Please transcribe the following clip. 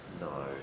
No